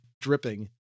dripping